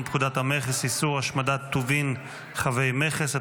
פקודת המכס (איסור השמדת טובין חבי מכס),